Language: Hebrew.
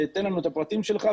תן לנו את הפרטים שלך,